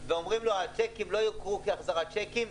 הצ'קים לא יוכרו כהחזרת צ'קים,